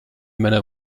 männer